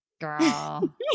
Girl